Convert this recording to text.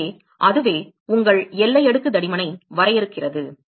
எனவே அதுவே உங்கள் எல்லை அடுக்கு தடிமனை வரையறுக்கிறது